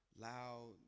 loud